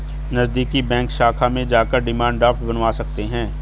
नज़दीकी बैंक शाखा में जाकर डिमांड ड्राफ्ट बनवा सकते है